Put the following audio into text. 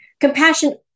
Compassion